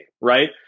right